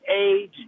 age